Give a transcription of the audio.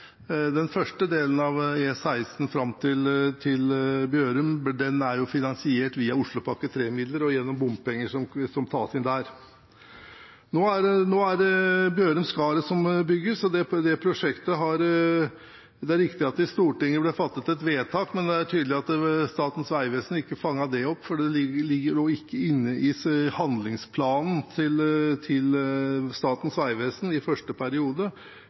Den første delen av E16 fram til Bjørum er finansiert via Oslopakke 3-midler og gjennom bompenger som tas inn der. Nå er det Bjørum–Skaret som bygges. Det er riktig at det i Stortinget ble fattet et vedtak, men det er tydelig at Statens vegvesen ikke fanget opp det, for det lå ikke inne i handlingsprogrammet til Statens vegvesen i første periode,